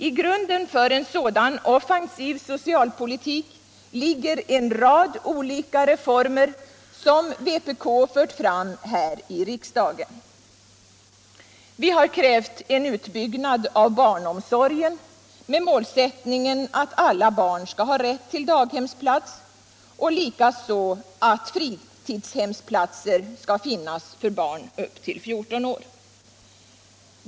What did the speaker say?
I grunden för en sådan offensiv sociulpolitik ligger en rad olika reformer, som vpk fört fram här i riksdagen. Vi har krävt en utbyggnad av barnomsorgen med målsättningen att alla barn skall ha rätt till daghemsplats och likaså att fritidshemsplatser skall finnas för barn upp till 14 år.